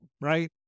right